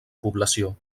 població